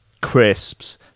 crisps